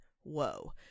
Whoa